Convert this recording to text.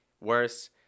worse